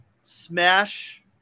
smash